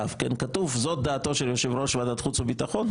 כתוב: זאת דעתו של יושב-ראש ועדת החוץ והביטחון,